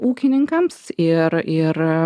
ūkininkams ir ir